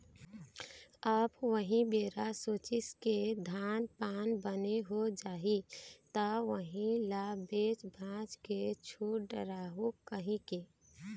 अब उही बेरा सोचिस के धान पान बने हो जाही त उही ल बेच भांज के छुट डारहूँ कहिके